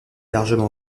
largement